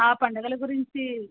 పండగల గురించి